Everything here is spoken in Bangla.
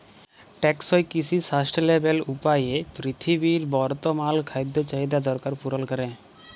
টেকসই কিসি সাসট্যালেবেল উপায়ে পিরথিবীর বর্তমাল খাদ্য চাহিদার দরকার পুরল ক্যরে